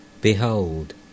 Behold